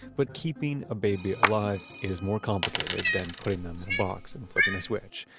but keeping a baby alive is more complicated than putting them in a box and flipping a switch.